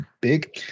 big